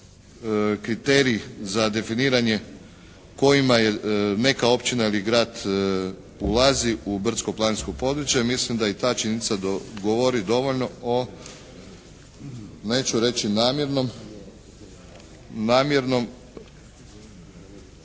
kriterij za definiranje kojima je neka općina ili grad ulazi u brdsko-planinsko područje. Mislim da i ta činjenica govori dovoljno o, neću